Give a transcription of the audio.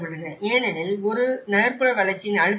ஏனெனில் ஒரு நகர்ப்புற வளர்ச்சியின் அழுத்தம் உள்ளது